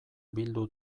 bildu